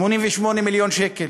88 מיליון שקל,